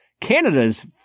Canada's